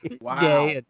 Wow